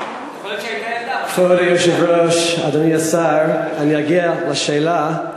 כבוד היושב-ראש, אדוני השר, אני אגיע לשאלה.